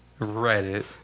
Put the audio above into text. Reddit